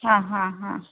हा हा हा